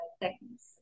techniques